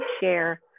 share